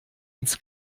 ins